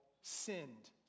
sinned